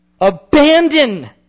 abandon